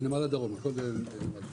הכול בנמל הדרום.